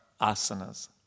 asanas